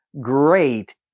Great